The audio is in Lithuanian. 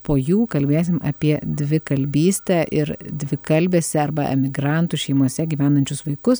po jų kalbėsim apie dvikalbystę ir dvikalbėse arba emigrantų šeimose gyvenančius vaikus